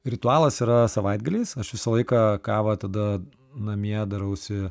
ritualas yra savaitgaliais aš visą laiką kavą tada namie darausi